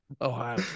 Ohio